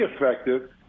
effective